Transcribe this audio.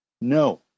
no